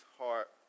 heart